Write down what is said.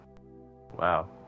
Wow